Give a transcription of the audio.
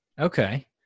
Okay